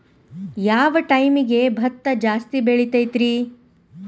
ಯಾವ ಟೈಮ್ಗೆ ಭತ್ತ ಜಾಸ್ತಿ ಬೆಳಿತೈತ್ರೇ?